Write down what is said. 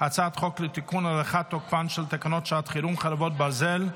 הצעת חוק לתיקון ולהארכת תוקפן של תקנות שעת חירום (חרבות ברזל)